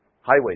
highway